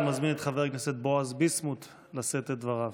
אני מזמין את חבר הכנסת בועז ביסמוט לשאת את דבריו.